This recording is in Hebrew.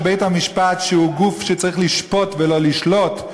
שבית-המשפט הוא גוף שצריך לשפוט ולא לשלוט,